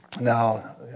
Now